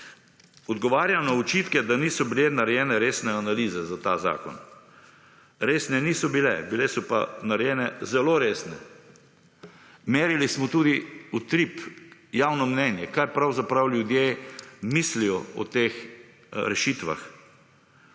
Odgovarjam na očitke, da niso bile narejene resne analize za ta zakon. Resne niso bile, bile so pa narejene zelo resne. Merili smo tudi utrip javno mnenje, kaj pravzaprav ljudje mislijo o teh rešitvah.